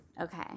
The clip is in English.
Okay